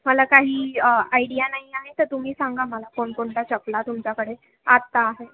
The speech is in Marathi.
मला काही आयडिया नाही आहे तर तुम्ही सांगा मला कोणकोणत्या चपला तुमच्याकडे आत्ता आहेत